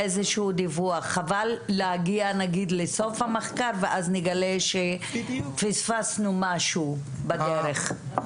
חבל להגיע נגיד לסוף המחקר ואז נגלה שפספסנו משהו בדרך.